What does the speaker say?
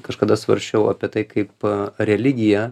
kažkada svarsčiau apie tai kaip religija